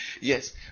Yes